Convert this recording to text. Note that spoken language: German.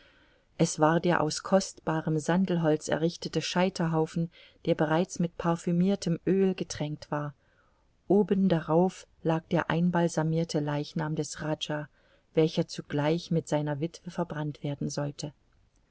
es war der aus kostbarem sandelholz errichtete scheiterhaufen der bereits mit parfümirtem oel getränkt war oben darauf lag der einbalsamirte leichnam des rajah welcher zugleich mit seiner witwe verbrannt werden sollte